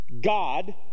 God